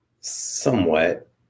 Somewhat